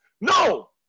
No